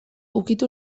ukitu